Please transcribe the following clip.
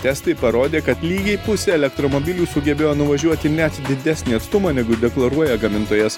testai parodė kad lygiai pusė elektromobilių sugebėjo nuvažiuoti net didesnį atstumą negu deklaruoja gamintojas